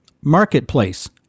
marketplace